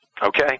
Okay